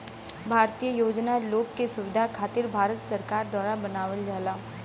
भारतीय योजना लोग के सुविधा खातिर भारत सरकार द्वारा बनावल जाला